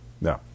no